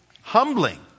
humbling